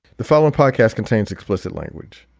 the following podcast contains explicit language